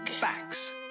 facts